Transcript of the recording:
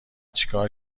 چیکار